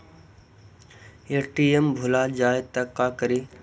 ATM भुला जाये त का करि?